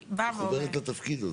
מחוברת לתפקיד.